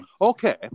okay